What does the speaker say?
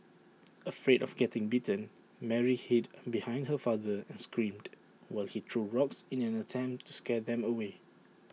afraid of getting bitten Mary hid behind her father and screamed while he threw rocks in an attempt to scare them away